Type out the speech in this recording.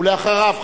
אחריו,